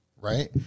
right